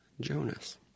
Jonas